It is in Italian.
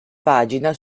pagina